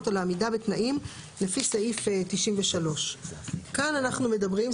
או לעמידה בתנאים לפי סעיף 93"; כאן אנחנו מדברים,